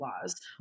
laws